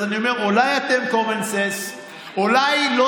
אז אני אומר: אולי אתם common sense?